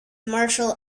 martial